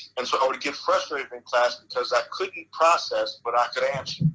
and so i would get frustrated in class because that couldn't process but i could answer.